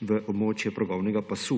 v območje progovnega pasu.